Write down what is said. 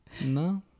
No